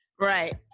Right